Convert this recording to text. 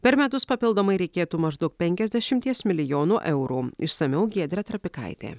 per metus papildomai reikėtų maždaug penkiasdešimties milijonų eurų išsamiau giedrė trapikaitė